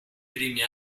primi